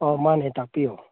ꯑꯣ ꯃꯥꯟꯅꯦ ꯇꯥꯛꯄꯤꯎꯑꯣ